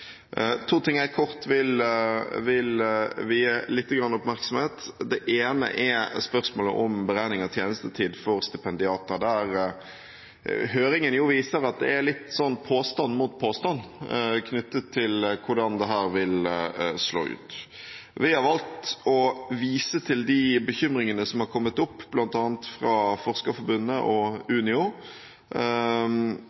to ting jeg kort vil vie lite grann oppmerksomhet. Det ene er spørsmålet om beregning av tjenestetid for stipendiater. Der viser høringen at påstand står mot påstand knyttet til hvordan dette vil slå ut. Vi har valgt å vise til de bekymringene som har kommet fram, bl.a. fra Forskerforbundet og